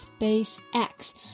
SpaceX